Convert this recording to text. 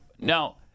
Now